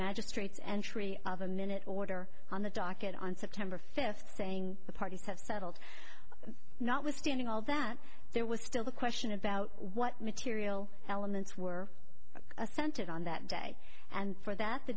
magistrate's entry of a minute order on the docket on september fifth saying the parties have settled notwithstanding all that there was still the question about what material elements were assented on that day and for that the